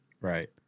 Right